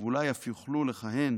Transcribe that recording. ואולי אף יוכלו לכהן